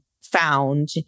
found